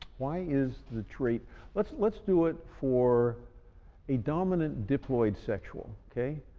why is the trait let's let's do it for a dominant diploid sexual. okay?